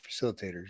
facilitators